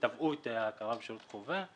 שתבעו את ההכרה בשירות חובה.